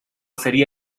sería